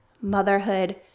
motherhood